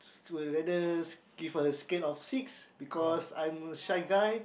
would rather give a scale of six because I'm a shy guy